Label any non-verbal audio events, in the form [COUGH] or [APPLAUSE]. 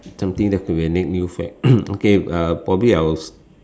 something that could be the next new fad [COUGHS] okay uh probably I will